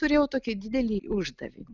turėjau tokį didelį uždavinį